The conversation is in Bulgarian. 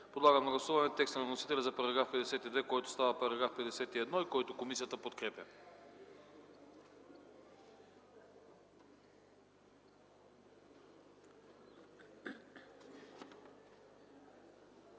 Подлагам на гласуване текста на вносителя за § 52, който става § 51 и който комисията подкрепя.